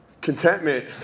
Contentment